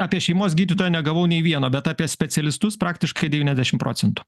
apie šeimos gydytoją negavau nei vieno bet apie specialistus praktiškai devyniasdešim procentų